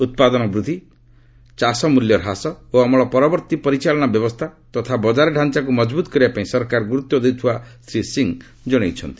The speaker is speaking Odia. ଉତ୍ପାଦନ ବୃଦ୍ଧି ଚାଷ ମୂଲ୍ୟ ହ୍ରାସ ଓ ଅମଳ ପରବର୍ତ୍ତୀ ପରିଚାଳନା ବ୍ୟବସ୍ଥା ଓ ବଜାର ତାଞ୍ଚାକୁ ମଜଭୁତ କରିବା ପାଇଁ ସରକାର ଗୁରୁତ୍ୱ ଦେଉଥିବା ଶ୍ରୀ ସିଂ କହିଚ୍ଛନ୍ତି